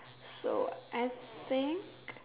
so as saying